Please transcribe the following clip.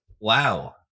Wow